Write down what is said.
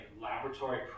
laboratory